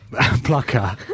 plucker